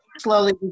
slowly